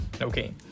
okay